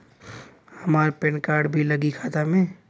हमार PAN card भी लगी खाता में?